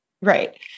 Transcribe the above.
right